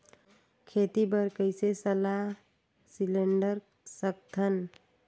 खेती बर कइसे सलाह सिलेंडर सकथन?